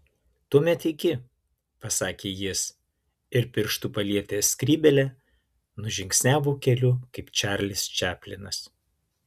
tuomet iki pasakė jis ir pirštu palietęs skrybėlę nužingsniavo keliu kaip čarlis čaplinas